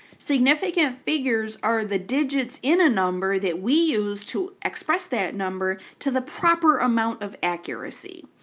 significant figures are the digits in a number that we use to express that number to the proper amount of accuracy,